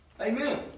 Amen